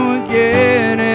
again